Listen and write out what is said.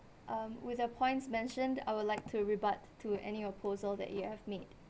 um with the points mentioned I would like to rebut to any oopposal that you have made